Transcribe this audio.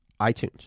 iTunes